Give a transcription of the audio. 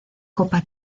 copa